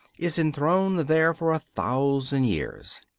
is enthroned there for a thousand years.